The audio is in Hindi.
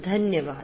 धन्यवाद